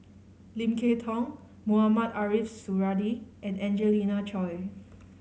Lim Kay Tong Mohamed Ariff Suradi and Angelina Choy